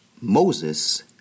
Moses